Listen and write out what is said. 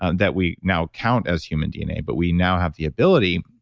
ah that we now count as human dna, but we now have the ability,